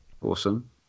Awesome